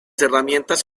herramientas